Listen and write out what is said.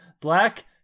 black